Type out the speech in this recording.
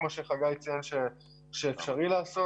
כמו שחגי ציין שאפשרי לעשות.